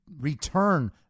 return